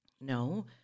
No